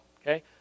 Okay